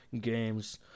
games